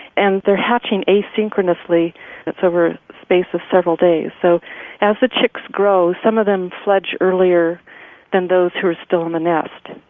and they're hatching asynchronously that's over the space of several days so as the chicks grow, some of them fledge earlier than those who are still in the nest,